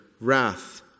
wrath